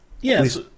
Yes